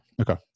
Okay